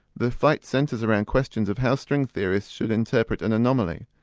the fight centres around questions of how string theorists should interpret an anomaly,